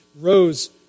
rose